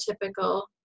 typical